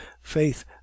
faith